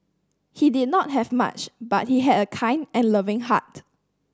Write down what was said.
he did not have much but he had a kind and loving heart